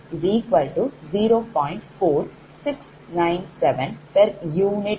4697 pu என்றுபெறுவீர்கள்